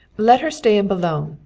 let her stay in boulogne.